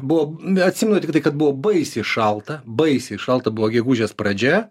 buvo atsimenu tiktai kad buvo baisiai šalta baisiai šalta buvo gegužės pradžia